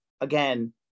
again